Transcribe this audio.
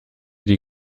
die